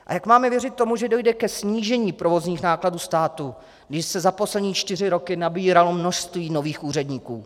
A jak máme věřit tomu, že dojde ke snížení provozních nákladů státu, když se za poslední čtyři roky nabíralo množství nových úředníků?